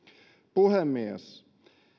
puhemies